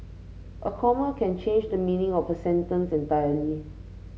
a comma can change the meaning of a sentence entirely